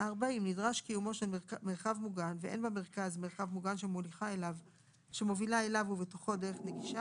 (3)אם לא קיימת במרכז מלתחה נגישה